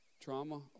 trauma